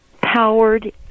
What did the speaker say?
powered